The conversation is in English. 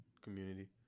community